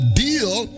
deal